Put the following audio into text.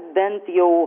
bent jau